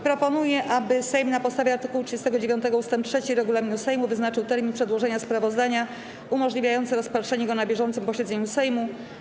Proponuję, aby Sejm na podstawie art. 39 ust. 3 regulaminu Sejmu wyznaczył termin przedłożenia sprawozdania umożliwiający rozpatrzenie go na bieżącym posiedzeniu Sejmu.